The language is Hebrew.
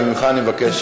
וממך אני מבקש,